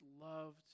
loved